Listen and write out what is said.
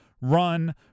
run